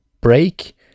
break